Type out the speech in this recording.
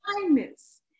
kindness